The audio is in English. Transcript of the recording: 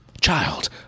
Child